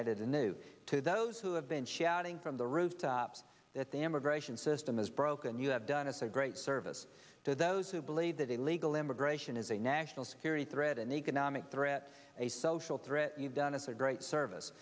added a new to those who have been shouting from the rooftops that the immigration system is broke and you have done us a great service to those who believe that illegal immigration is a national security threat an economic threat a social threat you've done us a great service